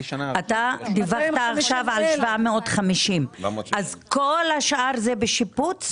אתה דיווחת עכשיו על 750. כל השאר הם בשיפוץ?